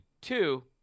Two